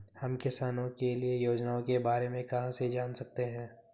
हम किसानों के लिए योजनाओं के बारे में कहाँ से जान सकते हैं?